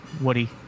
woody